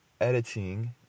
editing